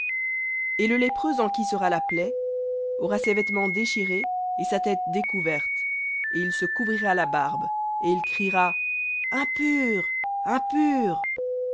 et le lépreux en qui sera la plaie aura ses vêtements déchirés et sa tête découverte et il se couvrira la barbe et il criera impur impur